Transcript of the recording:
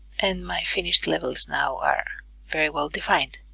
and my finished levels now are very well defined